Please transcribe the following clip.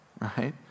Right